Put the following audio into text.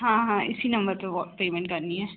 हाँ हाँ इसी नंबर पर वह पेमेंट करनी है